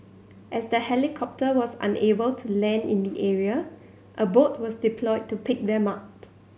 as the helicopter was unable to land in the area a boat was deployed to pick them up